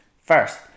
First